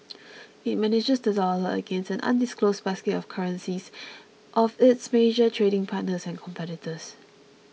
it manages the dollar against an undisclosed basket of currencies of its major trading partners and competitors